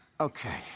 Okay